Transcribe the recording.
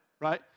right